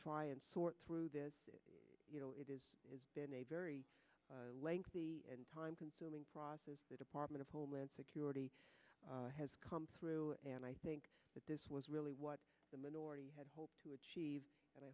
try and sort through this you know it is has been a very lengthy and time consuming process the department of homeland security has come through and i think that this was really what the minority had hoped to achieve and i